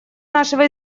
нашего